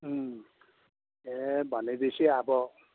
ए भनेपछि अब